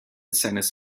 seines